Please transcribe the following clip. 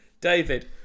David